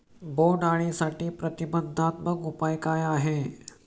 बोंडअळीसाठी प्रतिबंधात्मक उपाय काय आहेत?